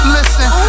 Listen